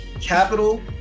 capital